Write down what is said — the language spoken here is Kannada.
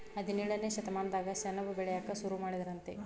ಹದಿನೇಳನೇ ಶತಮಾನದಾಗ ಸೆಣಬ ಬೆಳಿಯಾಕ ಸುರು ಮಾಡಿದರಂತ